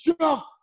jump